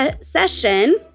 session